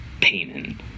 payment